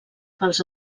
pels